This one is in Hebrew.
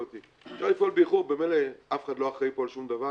אפשר לפעול באיחור ממילא אף אחד לא אחראי פה על אף אחד,